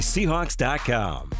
Seahawks.com